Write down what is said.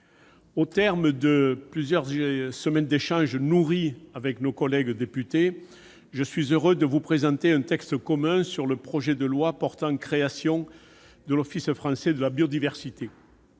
au terme de plusieurs semaines d'échanges nourris avec nos collègues députés, je suis heureux de vous présenter un texte commun sur le projet de loi portant création de l'Office français de la biodiversité,